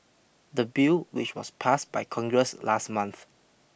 the bill which was passed by Congress last month